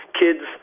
kids